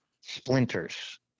Splinters